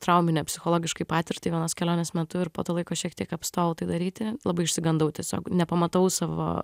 trauminę psichologiškai patirtį vienos kelionės metu ir po to laiko šiek tiek apstojau tai daryti labai išsigandau tiesiog nepamatavau savo